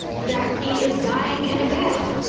that he is dying in a bed.